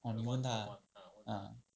orh 你问他 ah ah